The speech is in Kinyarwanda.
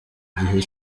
gihe